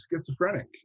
schizophrenic